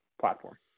platform